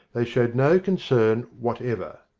they showed no concern whatever.